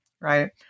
right